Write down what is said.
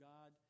God